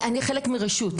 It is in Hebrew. אני חלק מרשות.